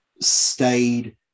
stayed